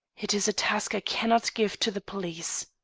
it is a task i cannot give to the police.